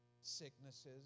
sicknesses